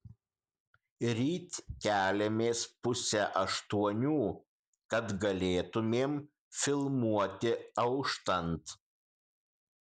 ryt keliamės pusę aštuonių kad galėtumėm filmuoti auštant